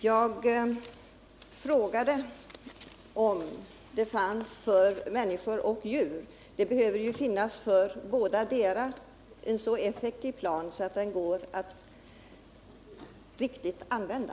Jag frågade om det fanns en utrymningsplan för människor och djur. För bådadera behöver det finnas en så effektiv plan att den går att använda.